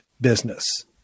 business